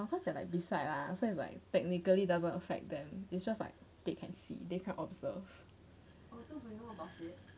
oh cause they like beside lah so it's like technically doesn't affect them it's just like they can see they can observe